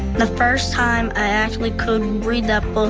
the first time i actually could read that book,